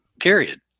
period